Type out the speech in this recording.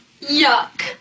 Yuck